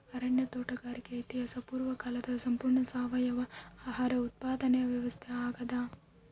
ಅರಣ್ಯ ತೋಟಗಾರಿಕೆ ಇತಿಹಾಸ ಪೂರ್ವಕಾಲದ ಸಂಪೂರ್ಣ ಸಾವಯವ ಆಹಾರ ಉತ್ಪಾದನೆ ವ್ಯವಸ್ಥಾ ಆಗ್ಯಾದ